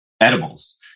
edibles